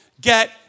get